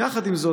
יחד עם זאת,